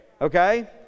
Okay